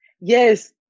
Yes